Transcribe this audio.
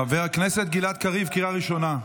חבר הכנסת גלעד קריב, קריאה ראשונה.